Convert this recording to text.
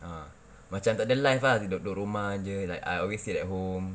ah macam tak ada life ah like duduk rumah jer like I always stay at home